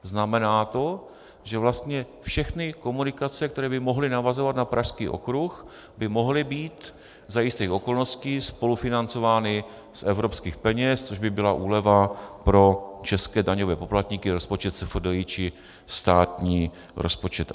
Znamená to, že vlastně všechny komunikace, které by mohly navazovat na Pražský okruh, by mohly být za jistých okolností spolufinancovány z evropských peněz, což by byla úleva pro české daňové poplatníky, rozpočet SFDI či státní rozpočet.